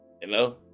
Hello